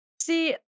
See